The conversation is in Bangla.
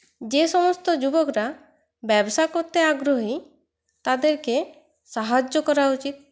যে সমস্ত যুবকরা ব্যবসা করতে আগ্রহী তাদেরকে সাহায্য করা উচিত